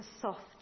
soft